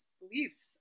beliefs